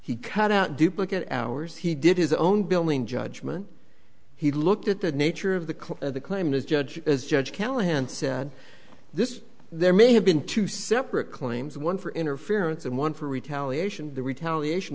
he cut out duplicate hours he did his own billing judgement he looked at the nature of the clerk at the claim his judge as judge callahan said this there may have been two separate claims one for interference and one for retaliation the retaliation